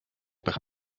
père